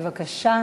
בבקשה.